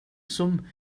som